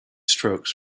strokes